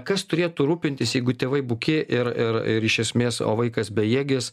kas turėtų rūpintis jeigu tėvai buki ir ir ir iš esmės o vaikas bejėgis